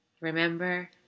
Remember